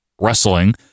wrestling